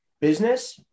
business